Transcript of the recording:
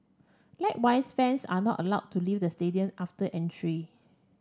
likewise fans are not allowed to leave the stadium after entry